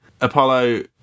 apollo